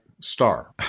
star